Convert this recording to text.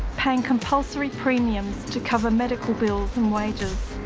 paying compulsory premiums to cover medical bills and wages.